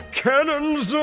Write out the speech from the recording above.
cannons